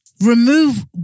Remove